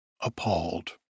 appalled